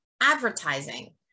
advertising